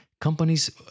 companies